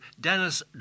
Dennis